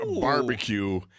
Barbecue